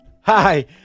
Hi